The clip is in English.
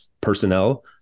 personnel